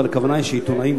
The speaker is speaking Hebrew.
אבל הכוונה היא שעיתונאים,